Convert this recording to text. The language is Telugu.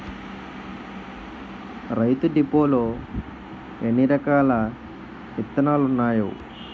రైతు డిపోలో ఎన్నిరకాల ఇత్తనాలున్నాయో